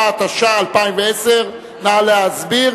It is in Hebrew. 64), התש"ע 2010. נא להסביר.